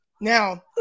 now